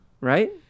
Right